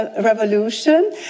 Revolution